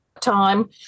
time